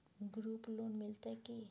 Group loan मिलतै की?